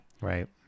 Right